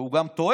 והוא גם טוען: